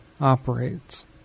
operates